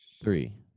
Three